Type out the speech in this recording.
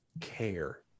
care